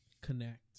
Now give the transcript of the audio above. connect